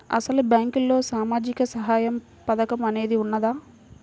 అసలు బ్యాంక్లో సామాజిక సహాయం పథకం అనేది వున్నదా?